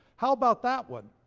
how about that one?